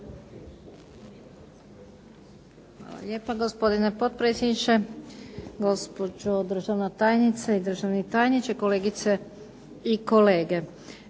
Hvala lijepa gospodine potpredsjedniče, gospođo državna tajnice i državni tajniče, kolegice i kolege.